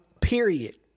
Period